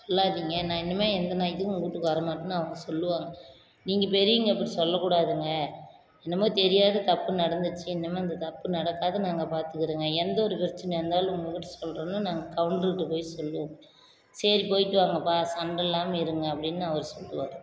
சொல்லாதிங்க நான் இனிமே எந்த நியாயத்துக்கும் உங்கள் வீட்டுக்கு வர மாட்டேன்னு அவங்க சொல்லுவாங்க நீங்கள் பெரியவங்க அப்படி சொல்ல கூடாதுங்க என்னமோ தெரியாத தப்பு நடந்துச்சு இனிமே அந்த தப்பு நடக்காது நாங்கள் பார்த்துக்கிறோங்க எந்த ஒரு பிரச்சனையாக இருந்தாலும் உங்கக்கிட்ட சொல்கிறோன்னு நாங்கள் கவுண்டருக்கிட்ட போய் சொல்லுவோம் சரி போயிட்டு வாங்கப்பா சண்டை இல்லாமல் இருங்கள் அப்படின்னு அவர் சொல்லுவார்